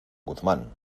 guzmán